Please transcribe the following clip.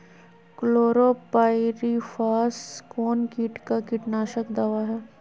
Chlorpyrifos कौन किट का कीटनाशक दवा है?